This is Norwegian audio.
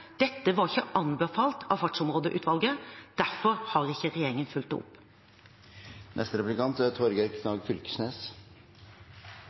Dette var ikke anbefalt av Fartsområdeutvalget, derfor har ikke regjeringen fulgt det opp. Eg reknar med at statsråden er